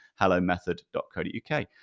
hellomethod.co.uk